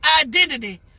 identity